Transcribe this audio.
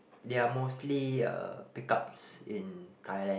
they're mostly uh pickups in Thailand